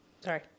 Sorry